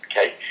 okay